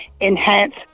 enhance